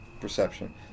perception